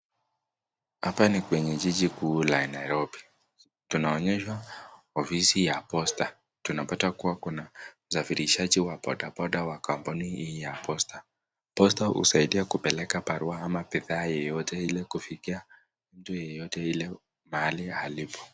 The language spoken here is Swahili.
Hapa ni kwenye jiji kuu la Nairobi. Tunaonyeshwa ofisi ya posta, tunapata kuwa msafirishaji wa bodaboda wako hapo nje ya posta. Posta husaidia kupeleka barua ama bidhaa yeyote ili kufikia mtu yeyote ile pahali alipo.